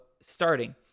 starting